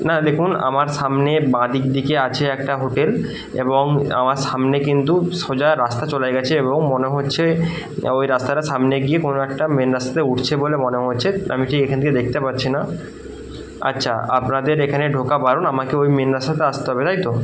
না দেখুন আমার সামনের বাঁদিক দিকে আছে একটা হোটেল এবং আমার সামনে কিন্তু সোজা রাস্তা চলে গেছে এবং মনে হচ্ছে ওই রাস্তাটা সামনে গিয়ে কোনও একটা মেন রাস্তাতে উঠছে বলে মনে হচ্ছে আমি ঠিক এখান থেকে দেখতে পাচ্ছি না আচ্ছা আপনাদের এখানে ঢোকা বারণ আমাকে ওই মেন রাস্তাতে আসতে হবে তাই তো